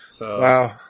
Wow